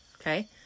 okay